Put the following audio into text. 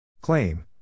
Claim